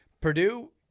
Purdue